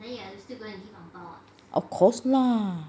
of course lah